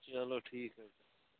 چلو ٹھیٖک حظ چھُ